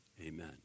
Amen